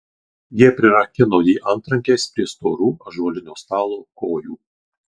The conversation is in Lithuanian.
jie prirakino jį antrankiais prie storų ąžuolinio stalo kojų